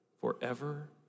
forever